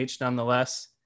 nonetheless